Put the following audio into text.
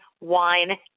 wine